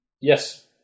Yes